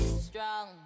strong